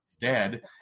dead